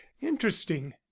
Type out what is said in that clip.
interesting